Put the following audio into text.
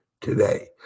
today